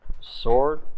Sword